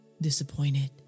disappointed